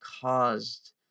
caused